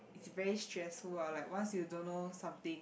it's very stressful ah like once you don't know something